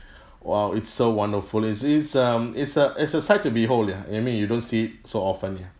!wow! it's so wonderful it's it's a it's a it's a sight to behold ya I mean you don't see it so often ya